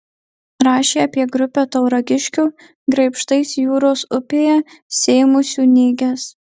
rašė apie grupę tauragiškių graibštais jūros upėje sėmusių nėges